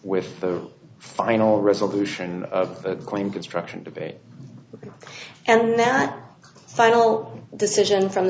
with the final resolution of a clean construction debate and that final decision from